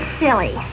silly